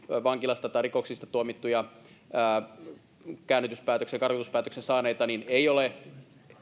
vankilasta tai rikoksista tuomittuja käännytys ja karkotuspäätöksen saaneita ei ole